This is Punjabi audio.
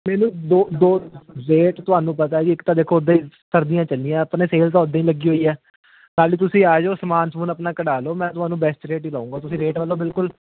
ਮੈਨੂੰ ਦੋ ਦੋ ਰੇਟ ਤੁਹਾਨੂੰ ਪਤਾ ਹੀ ਹੈ ਜੀ ਇੱਕ ਤਾਂ ਸਰਦੀਆਂ ਚੱਲੀਆਂ ਆਪਣਾ ਸੇਲਸ ਤਾਂ ਉੱਦਾਂ ਹੀ ਲੱਗੀ ਹੋਈ ਹੈ ਨਾਲੇ ਤੁਸੀਂ ਆ ਜੋ ਸਮਾਨ ਸਮੁਨ ਆਪਣਾ ਕਢਵਾ ਲਓ ਮੈਂ ਤੁਹਾਨੂੰ ਬੈਸਟ ਰੇਟ ਹੀ ਲਾਊਂਗਾ ਤੁਸੀਂ ਰੇਟ ਵੱਲੋਂ ਬਿਲਕੁਲ